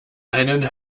einen